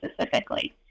specifically